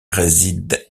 réside